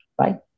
Right